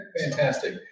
fantastic